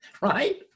Right